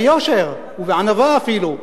ביושר ובענווה אפילו,